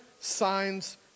signs